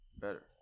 better